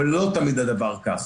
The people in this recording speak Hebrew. אבל לא תמיד הדבר כך.